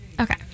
okay